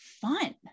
fun